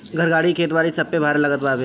घर, गाड़ी, खेत बारी सबपे कर लागत हवे